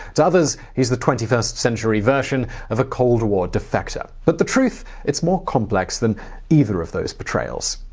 to others, he's the twenty first century version of a cold war defector. but the truth is more complex than either of those portrayals.